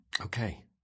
Okay